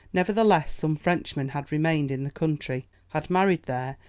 nevertheless, some frenchmen had remained in the country, had married there,